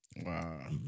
Wow